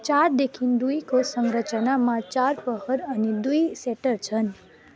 चारदेखि दुईको संरचनामा चार प्रहर अनि दुई सेटर छन्